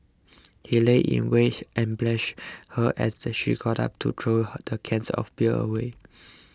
he lay in wait and ambushed her as she got up to throw the cans of beer away